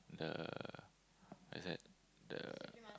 the what is that the